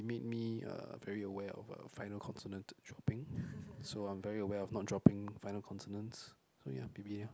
made me uh very aware of uh final consonant dropping so I'm very aware of not dropping final consonants so yeah P_P_L